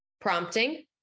Prompting